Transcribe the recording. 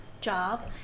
job